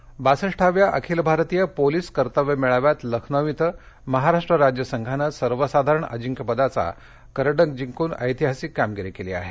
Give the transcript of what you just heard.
पोलिसः बासष्ठाव्या अखिल भारतीय पोलिस कर्तव्य मेळाव्यात लखनौ इथं महाराष्ट राज्य संघानं सर्वसाधारण अजिंकपदाचा करंडक जिंकून ऐतिहासिक कामगिरी केली आहे